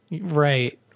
Right